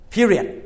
Period